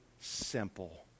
simple